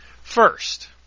First